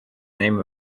name